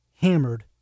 hammered